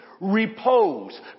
repose